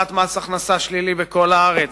הפעלת מס הכנסה שלילי בכל הארץ,